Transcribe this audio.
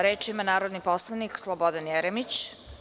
Reč ima narodni poslanik Slobodan Jeremić.